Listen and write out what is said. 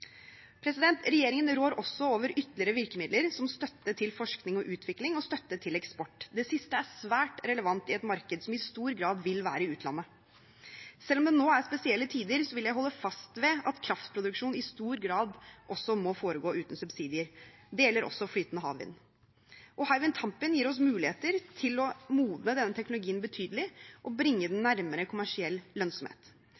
Regjeringen rår også over ytterligere virkemidler, som støtte til forskning og utvikling og støtte til eksport. Det siste er svært relevant i et marked som i stor grad vil være i utlandet. Selv om det nå er spesielle tider, vil jeg holde fast ved at kraftproduksjon i stor grad må foregå uten subsidier. Det gjelder også flytende havvind. Hywind Tampen gir oss muligheter til å modne denne teknologien betydelig og bringe